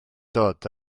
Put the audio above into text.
dod